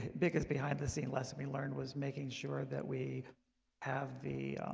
biggest behind the scene lesson we learned was making sure that we have the